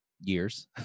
years